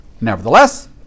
Nevertheless